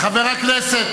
חבר הכנסת,